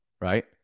right